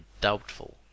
doubtful